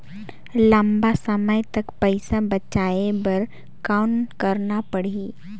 लंबा समय तक पइसा बचाये बर कौन करना पड़ही?